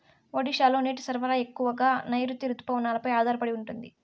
ఒడిశాలో నీటి సరఫరా ఎక్కువగా నైరుతి రుతుపవనాలపై ఆధారపడి ఉంటుంది